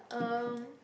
um